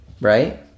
right